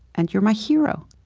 and you're my hero.